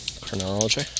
Chronology